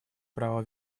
право